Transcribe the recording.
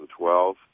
2012